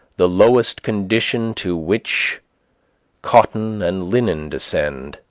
the lowest condition to which cotton and linen descend,